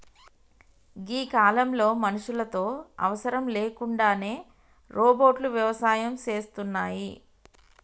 గీ కాలంలో మనుషులతో అవసరం లేకుండానే రోబోట్లు వ్యవసాయం సేస్తున్నాయి